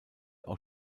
auch